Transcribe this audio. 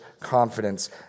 confidence